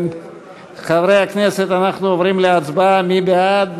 חברי הכנסת, אנחנו עוברים להצבעה, מי בעד?